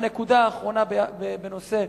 הנקודה האחרונה, בנושא המפונים.